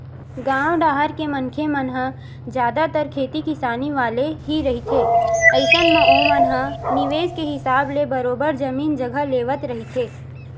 गाँव डाहर के मनखे मन ह जादतर खेती किसानी वाले ही रहिथे अइसन म ओमन ह निवेस के हिसाब ले बरोबर जमीन जघा लेवत रहिथे